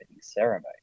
ceremony